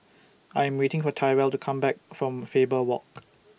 I Am waiting For Tyrell to Come Back from Faber Walk